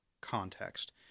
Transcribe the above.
context